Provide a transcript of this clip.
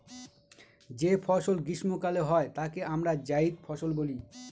যে ফসল গ্রীস্মকালে হয় তাকে আমরা জাইদ ফসল বলি